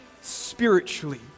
spiritually